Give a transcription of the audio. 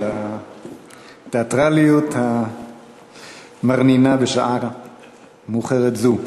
על התיאטרליות המרנינה בשעה מאוחרת זו.